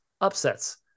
upsets